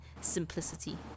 simplicity